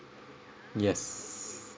yes